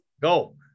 Go